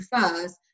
first